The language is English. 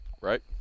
right